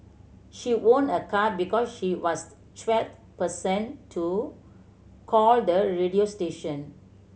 she won a car because she was twelfth person to call the radio station